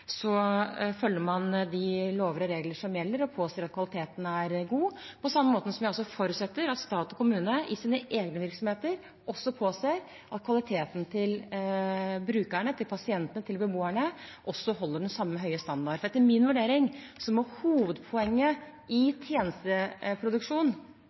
følger man de lover og regler som gjelder, og påser at kvaliteten er god, på samme måte som jeg også forutsetter at stat og kommune i sine egne virksomheter også påser at kvaliteten til brukerne, til pasientene, til beboerne holder den samme høye standarden. For etter min vurdering må hovedpoenget